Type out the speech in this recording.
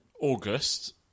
August